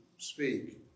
Speak